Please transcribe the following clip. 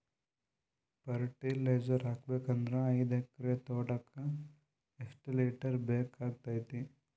Fertiliser ಹಾಕಬೇಕು ಅಂದ್ರ ಐದು ಎಕರೆ ತೋಟಕ ಎಷ್ಟ ಲೀಟರ್ ಬೇಕಾಗತೈತಿ?